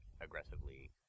aggressively